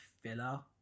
filler